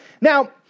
Now